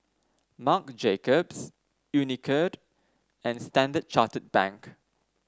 Marc Jacobs Unicurd and Standard Chartered Bank